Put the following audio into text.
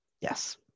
Yes